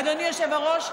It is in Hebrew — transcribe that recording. אדוני היושב-ראש,